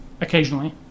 Occasionally